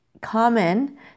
common